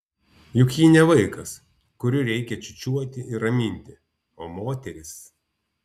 juk ji ne vaikas kurį reikia čiūčiuoti ir raminti o moteris